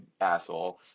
asshole